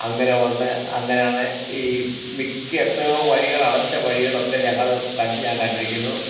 അങ്ങനെ വന്ന് അങ്ങനെ ആണ് ഈ മിക്ക എത്രയോ വഴികൾ അടച്ച വഴികളൊക്കെ ഞങ്ങൾ കണ്ടിട്ടുണ്ട് ഞാൻ കണ്ടിരിക്കുന്നു